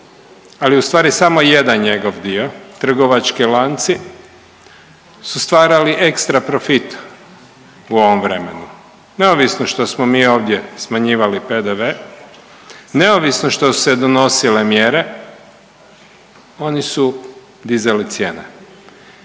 ali u stvari samo jedan njegov dio, trgovački lanci, su stvarali ekstra profit u ovom vremenu neovisno što smo mi ovdje smanjivali PDV, neovisno što su se donosile mjere oni su dizali cijene.